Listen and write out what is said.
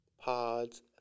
Pods